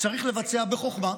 צריך לבצע בחוכמה.